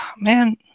Man